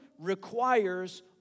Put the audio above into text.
requires